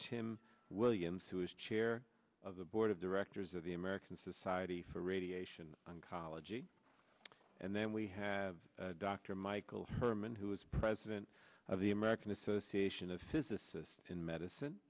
tim williams who is chair of the board of directors of the american society for radiation oncology and then we have dr michael herman who is president of the american association of physicists in medicine